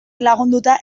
lagunduta